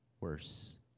worse